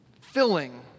Filling